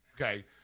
Okay